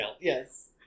Yes